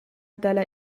dalla